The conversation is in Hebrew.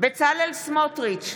בצלאל סמוטריץ'